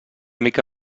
mica